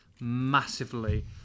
massively